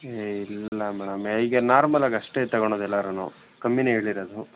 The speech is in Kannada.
ಏ ಇಲ್ಲ ಮೇಡಮ್ ಈಗ ನಾರ್ಮಲಾಗಿ ಅಷ್ಟೇ ತೊಗೋಳೋದು ಎಲ್ಲರೂನೂ ಕಮ್ಮಿನೇ ಹೇಳಿರೋದು